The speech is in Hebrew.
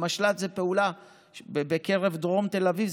המשל"ט היא פעולה בקרב דרום תל אביב,